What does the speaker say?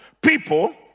people